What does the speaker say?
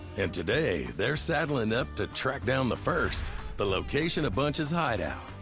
and today, they're saddling up to track down the first the location of bunch's hideout,